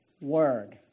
Word